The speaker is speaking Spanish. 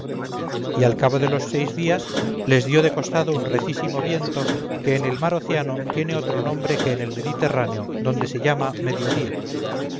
y al cabo de los seis días les dio de costado un recísimo viento que en el mar océano tiene otro nombre que en el mediterráneo donde se llama mediodía